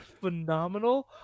phenomenal